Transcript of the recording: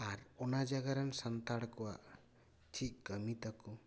ᱟᱨ ᱚᱱᱟ ᱡᱟᱭᱜᱟ ᱨᱮᱱ ᱥᱟᱱᱛᱟᱲ ᱠᱚᱣᱟᱜ ᱪᱮᱫ ᱠᱟᱹᱢᱤ ᱛᱟᱠᱚ